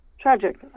Tragic